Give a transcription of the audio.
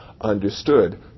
understood